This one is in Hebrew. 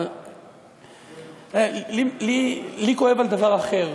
אבל לי כואב על דבר אחר,